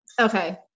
okay